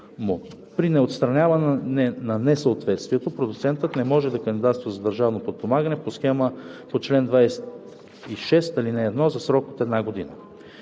При неотстраняване на несъответствието продуцентът не може да кандидатства за държавно подпомагане по схема по чл. 26, ал. 1 за срок от 1 година.“